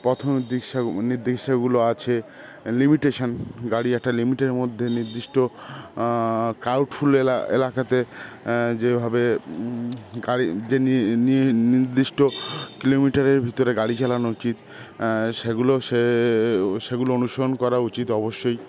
পথ নির্দেশ নির্দিষ্টগুলো আছে লিমিটেশন গাড়ি একটা লিমিটের মধ্যে নির্দিষ্ট ডাউটফুল এলা এলাকাতে যেভাবে গাড়ি যে নিদ্দিষ্ট কিলোমিটারের ভিতরে গাড়ি চালানো উচিত সেগুলো সে সেগুলো অনুসরণ করা উচিত অবশ্যই